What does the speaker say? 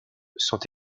sont